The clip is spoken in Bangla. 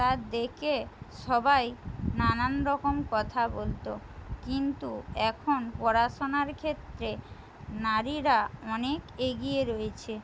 তা দেখে সবাই নানান রকম কথা বলতো কিন্তু এখন পড়াশোনার ক্ষেত্রে নারীরা অনেক এগিয়ে রয়েছে